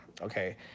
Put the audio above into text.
okay